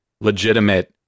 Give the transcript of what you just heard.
legitimate